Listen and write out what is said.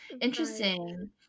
Interesting